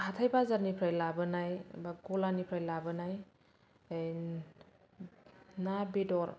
हाथाय बाजारनिफ्राय लाबोनाय बा गलानिफ्राय लाबोनाय ओइ ना बेदर